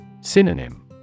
Synonym